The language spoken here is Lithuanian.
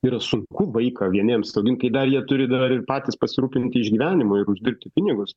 yra sunku vaiką vieniems augint kai dar jie turi dar ir patys pasirūpinti išgyvenimu ir uždirbti pinigus